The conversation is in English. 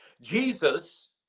Jesus